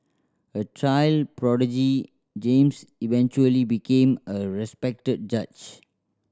a child prodigy James eventually became a respected judge